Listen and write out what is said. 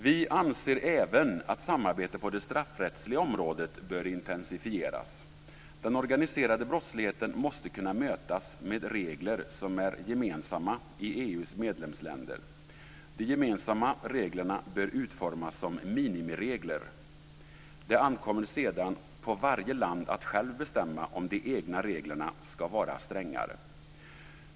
Vi anser även att samarbetet på det straffrättsliga området bör intensifieras. Den organiserade brottsligheten måste kunna mötas med regler som är gemensamma i EU:s medlemsländer. De gemensamma reglerna bör utformas som minimiregler. Det ankommer sedan på varje land att själv bestämma om de egna reglerna ska vara strängare.